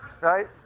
Right